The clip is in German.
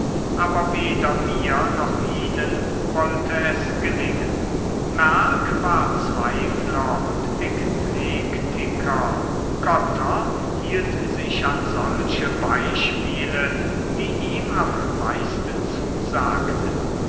aber weder mir noch ihnen wollte es gelingen merck war zweifler und eklektiker gotter hielt sich an solche beispiele die ihm am meisten zusagten